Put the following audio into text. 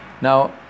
Now